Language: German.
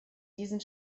diesen